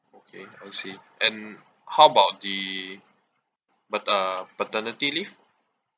okay I see and how about the pat~ uh paternity leave